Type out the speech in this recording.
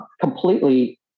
completely